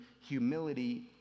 humility